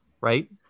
Right